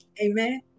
Amen